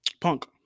Punk